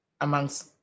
amongst